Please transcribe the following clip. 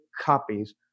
copies